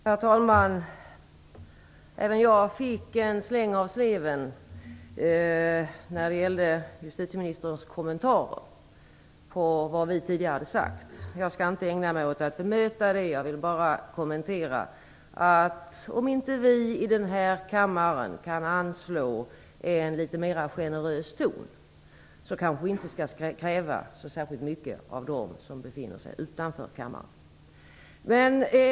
Herr talman! Även jag fick en släng av sleven i justitieministerns kommentarer till vad vi tidigare hade sagt. Jag skall inte ägna mig åt att bemöta detta. Jag vill bara konstatera att om inte vi i denna kammare kan anslå en litet mer generös ton kanske vi inte skall kräva särskilt mycket av dem som befinner sig utanför kammaren.